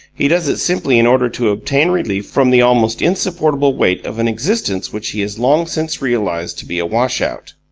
he does it simply in order to obtain relief from the almost insupportable weight of an existence which he has long since realized to be a wash-out.